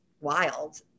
wild